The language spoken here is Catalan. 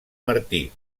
martí